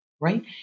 right